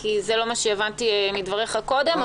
כי זה לא מה שהבנתי מדבריך קודם.